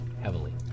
heavily